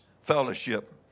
fellowship